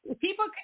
people